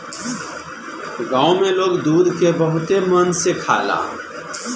गाँव में लोग दूध के बहुते मन से खाला